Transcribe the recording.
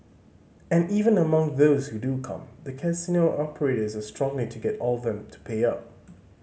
and even among those who do come the casino operators are struggling to get all of them to pay up